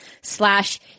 slash